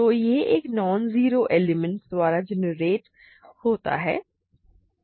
तो यह एक नॉन जीरो एलिमेंट द्वारा जेनेरेट होता है